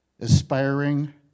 aspiring